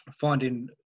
finding